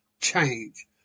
change